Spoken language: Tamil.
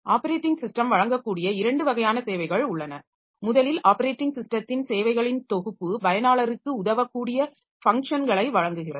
ஆப்பரேட்டிங் ஸிஸ்டம் வழங்கக்கூடிய இரண்டு வகையான சேவைகள் உள்ளன முதலில் ஆப்பரேட்டிங் ஸிஸ்டத்தின் சேவைகளின் தொகுப்பு பயனாளருக்கு உதவக்கூடிய பஃங்ஷன்களை வழங்குகிறது